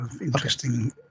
interesting